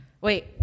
wait